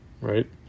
right